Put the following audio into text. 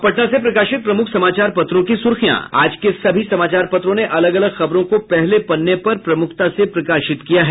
अब पटना से प्रकाशित प्रमुख समाचार पत्रों की सुर्खियां आज के सभी समाचार पत्रों ने अलग अलग खबरों को पहले पन्ने पर प्रमुखता से प्रकाशित किया है